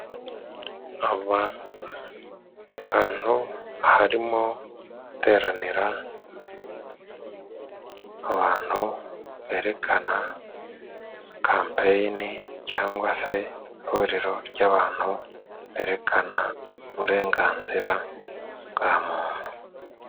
Aba bantu harimo abateranira ahantu berekana kampeyine, cyangwa se ihuriro ry'abantu berekana uburenganzira bwa muntu.